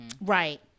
right